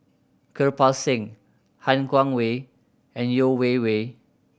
Kirpal Singh Han Guangwei and Yeo Wei Wei